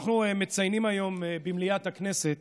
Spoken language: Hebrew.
אנחנו מציינים היום במליאת הכנסת